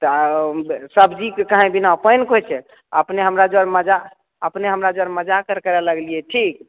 तऽ सब्जीके कही बिना पानिके होइ छै अपने हमरा जर मजाक अर करै लगलियै ठीक